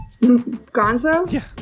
Gonzo